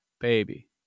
baby